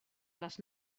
les